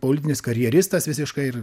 politinis karjeristas visiškai ir